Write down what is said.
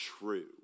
true